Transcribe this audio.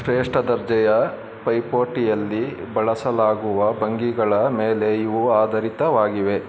ಶ್ರೇಷ್ಠ ದರ್ಜೆಯ ಪೈಪೋಟಿಯಲ್ಲಿ ಬಳಸಲಾಗುವ ಭಂಗಿಗಳ ಮೇಲೆ ಇವು ಆಧರಿತವಾಗಿವೆ